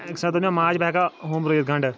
اَکہِ ساتہٕ دوٚپ مےٚ ماجہِ بہٕ ہیٚکاہ ہُم رُیِتھ گَنٛڈٕ